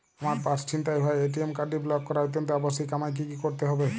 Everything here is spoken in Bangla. আমার পার্স ছিনতাই হওয়ায় এ.টি.এম কার্ডটি ব্লক করা অত্যন্ত আবশ্যিক আমায় কী কী করতে হবে?